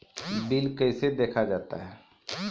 Bill कैसे देखा जाता हैं?